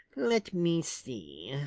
let me see.